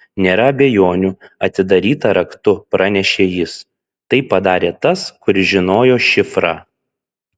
nėra abejonių atidaryta raktu pranešė jis tai padarė tas kuris žinojo šifrą